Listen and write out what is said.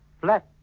flat